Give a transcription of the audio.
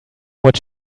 what